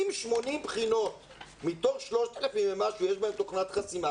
אם 80 בחינות מתוך 3,000 ומשהו יש בהן תוכנת חסימה,